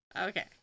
Okay